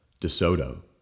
DeSoto